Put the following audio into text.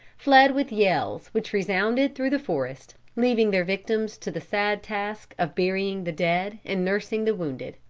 fled with yells which resounded through the forest, leaving their victims to the sad task of burying the dead and nursing the wounded.